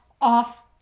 off